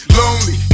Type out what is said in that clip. lonely